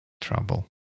trouble